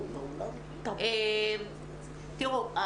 תראו,